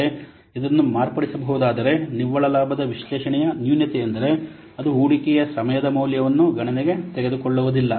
ಆದರೆ ಅದನ್ನು ಮಾರ್ಪಡಿಸಬಹುದಾದರೆ ನಿವ್ವಳ ಲಾಭದ ವಿಶ್ಲೇಷಣೆಯ ನ್ಯೂನತೆಯೆಂದರೆ ಅದು ಹೂಡಿಕೆಯ ಸಮಯದ ಮೌಲ್ಯವನ್ನು ಗಣನೆಗೆ ತೆಗೆದುಕೊಳ್ಳುವುದಿಲ್ಲ